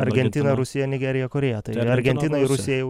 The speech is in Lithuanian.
argentina rusija nigerija korėja ir argentina ir rusija jau